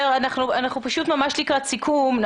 אנחנו פשוט ממש לקראת סיכום הדיון.